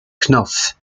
knopf